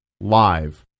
live